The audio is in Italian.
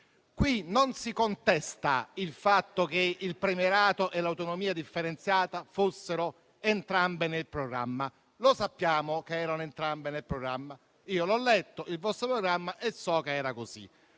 Qui non si contesta il fatto che il premierato e l'autonomia differenziata fossero entrambi nel programma, perché lo sappiamo che erano entrambi nel programma, ho letto il vostro programma e so che era così.